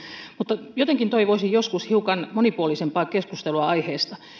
mutta jotenkin toivoisin joskus hiukan monipuolisempaa keskustelua aiheesta